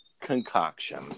concoction